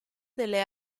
delle